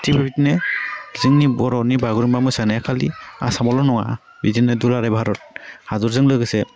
थिग बेबायदिनो जोंनि बर'नि बागुरुम्बा मोसानाया खालि आसामावल' नङा बिदिनो दुलाराइ भारत हादरजों लोगोसे